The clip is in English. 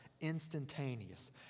instantaneous